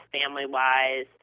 family-wise